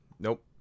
Nope